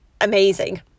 amazing